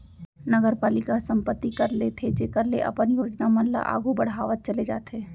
नगरपालिका ह संपत्ति कर लेथे जेखर ले अपन योजना मन ल आघु बड़हावत चले जाथे